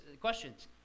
questions